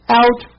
out